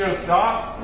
and stop.